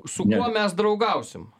su kuo mes draugausim